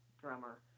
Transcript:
drummer